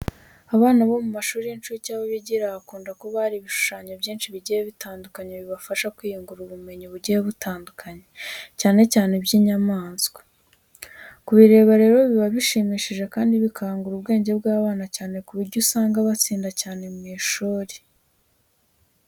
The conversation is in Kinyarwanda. Abana bo mu mashuri y'incuke, aho bigira hakunda kuba hari ibishushanyo byinshi bigiye bitandukanye bibafasha kwiyungura ubumenyi bugiye butandukanye, cyane cyane iby'inyamaswa. Kubireba rero biba bishimishije kandi bikangura ubwenge bw'abana cyane ku buryo usanga batsinda cyane mu ishuri.